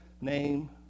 name